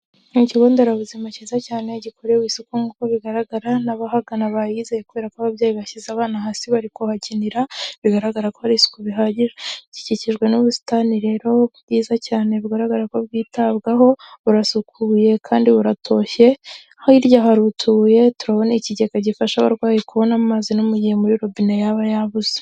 Ikigo nderabuzima cyiza cyane gikorewe isuku nk'uko bigaragara n'abahagana bayizeye kubera ko ababyeyi bashyize abana hasi bari kubahakinira, bigaragara ko hari isuku bihagije; gikikijwe n'ubusitani rero bwiza cyane bugaragara ko bwitabwaho burasukuye kandi buratoshye hirya hari utubuye turabona ikigega gifasha abarwayi kubona amazi no mu gihe muri robine yaba yabuze.